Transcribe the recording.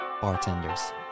bartenders